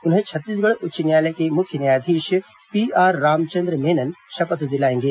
उन्हें छत्तीसगढ़ उच्च न्यायालय के मुख्य न्यायाधीश पीआर रामचंद्र मेनन शपथ दिलाएंगे